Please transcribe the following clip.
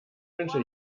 wünsche